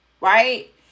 right